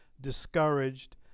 discouraged